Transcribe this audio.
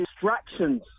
distractions